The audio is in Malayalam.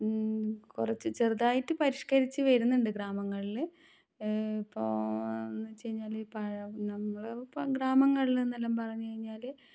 കുറച്ച് ചെറുതായിട്ട് പരിഷ്ക്കരിച്ച് വരുന്നുണ്ട് ഗ്രാമങ്ങളിൽ ഇപ്പോൾ എന്ന് വെച്ച് കഴിഞ്ഞാൽ പഴ നമ്മൾ ഇപ്പം ഗ്രാമങ്ങളിൽ നിന്നെല്ലാം പറഞ്ഞ് കഴിഞ്ഞാൽ